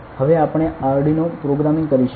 હવે આપણે Arduino programming કરીશું